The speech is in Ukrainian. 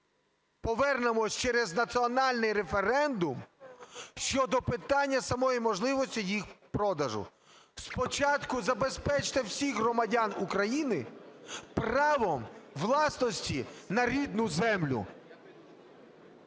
повернемось через національний референдум щодо питання самої можливості їх продажу. Спочатку забезпечте всіх громадян України правом власності на рідну землю.